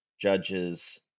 judge's